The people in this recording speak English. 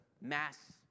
mass